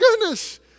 goodness